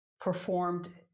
performed